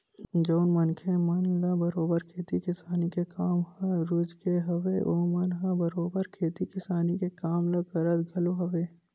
जउन मनखे मन ल बरोबर खेती किसानी के काम ह रुचगे हवय ओमन ह बरोबर खेती किसानी के काम ल करत घलो हवय